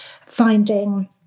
finding